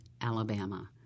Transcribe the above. Alabama